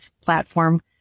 platform